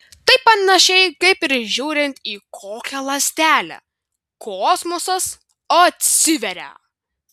tai panašiai kaip ir žiūrint į kokią ląstelę kosmosas atsiveria